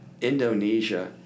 Indonesia